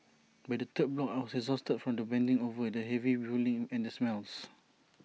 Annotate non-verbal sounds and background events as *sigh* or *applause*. *noise* by the third block I was exhausted from the bending over the heavy pulling and the smells